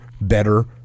better